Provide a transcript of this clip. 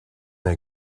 they